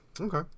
Okay